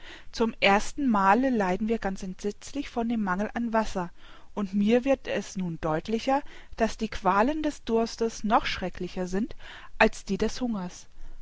zum ersten male leiden wir ganz entsetzlich von dem mangel an wasser und mir wird es nun deutlicher daß die qualen des durstes noch schrecklicher sind als die des hungers